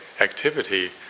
activity